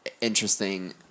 interesting